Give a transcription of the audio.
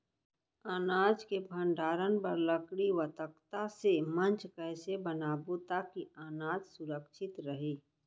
अनाज के भण्डारण बर लकड़ी व तख्ता से मंच कैसे बनाबो ताकि अनाज सुरक्षित रहे?